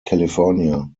california